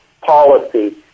policy